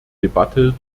debatte